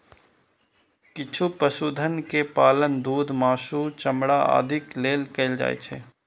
किछु पशुधन के पालन दूध, मासु, चमड़ा आदिक लेल कैल जाइ छै